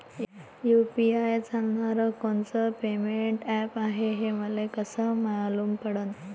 UPI चालणारं कोनचं payment app हाय, हे मले कस मालूम पडन?